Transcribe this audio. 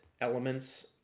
elements